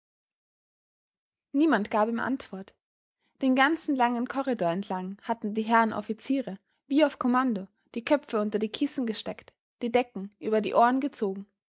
niemand gab ihm antwort den ganzen langen korridor entlang hatten die herren offiziere wie auf kommando die köpfe unter die kissen gesteckt die decken über die ohren gezogen